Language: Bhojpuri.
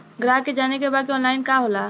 ग्राहक के जाने के बा की ऑनलाइन का होला?